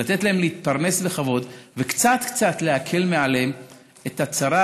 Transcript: לתת להם להתפרנס בכבוד וקצת קצת להקל מעליהם את הצרה